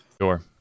sure